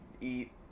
eat